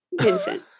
Vincent